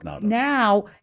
Now